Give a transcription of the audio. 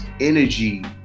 energy